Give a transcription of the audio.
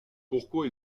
pourquoi